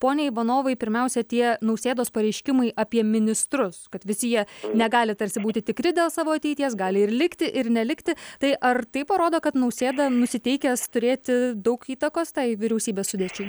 pone ivanovai pirmiausia tie nausėdos pareiškimai apie ministrus kad visi jie negali tarsi būti tikri dėl savo ateities gali ir likti ir nelikti tai ar tai parodo kad nausėda nusiteikęs turėti daug įtakos tai vyriausybės sudėčiai